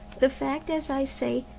the fact, as i say,